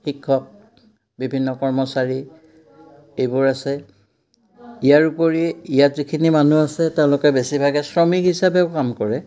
শিক্ষক বিভিন্ন কৰ্মচাৰী এইবোৰ আছে ইয়াৰ উপৰি ইয়াত যিখিনি মানুহ আছে তেওঁলোকে বেছিভাগে শ্ৰমিক হিচাপেও কাম কৰে